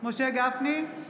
משה גפני,